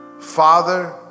Father